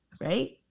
right